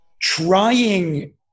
trying